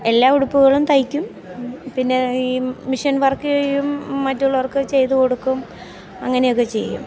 എല്ലാ ഉടുപ്പുകളും തയ്ക്കും പിന്നെ ഈ മിഷ്യൻ വർക്ക് ചെയ്യും മറ്റുള്ളവർക്ക് ചെയ്ത് കൊടുക്കും അങ്ങനെ ഒക്കെ ചെയ്യും